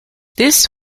this